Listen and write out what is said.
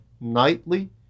nightly